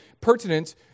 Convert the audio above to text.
pertinent